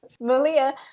Malia